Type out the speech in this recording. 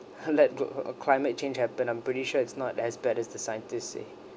let cli~ climate change happen I'm pretty sure it's not as bad as the scientist say